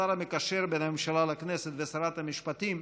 השר המקשר בין הממשלה לכנסת ושרת המשפטים,